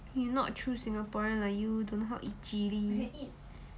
you not true singaporean lah you don't know how eat chilli